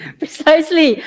precisely